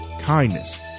kindness